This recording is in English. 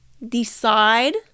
decide